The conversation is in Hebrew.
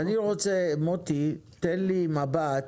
אני רוצה מוטי, תן לי מבט,